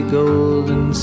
golden